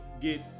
get